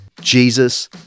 Jesus